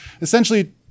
essentially